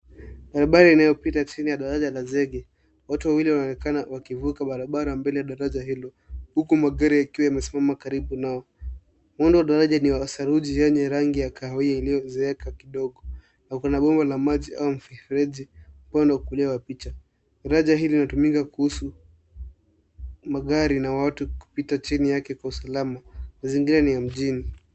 Barabara inayopita chini ya daraja la zege watu wawili wanaonekana wakivuka barabara mbele ya daraja hilo huku magari yakiwa yamesimama karibu nao ,muundo daraja ni wa saruji yenye rangi ya kahawia iliyozeeka kidogo na kuna bomba la maji au mfereji upande wa kulia wa picha, daraja hili linatumika kuhusu kupita chini yake kwa usalama mazingira ni ya mjini.